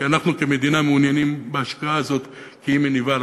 כי אנחנו כמדינה מעוניינים בהשקעה הזאת כי היא מניבה לנו.